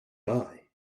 buy